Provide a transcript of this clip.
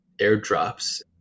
airdrops